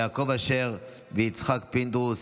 יעקב אשר ויצחק פינדרוס,